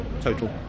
total